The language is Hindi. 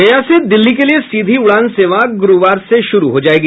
गया से दिल्ली के लिये सीधी उड़ान सेवा गुरूवार से शुरू हो जायेगी